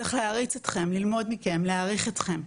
צריך להעריץ אתכם, ללמוד מכם, להעריך אתכם,